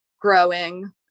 growing